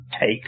take